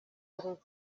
perezida